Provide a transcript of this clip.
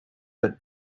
but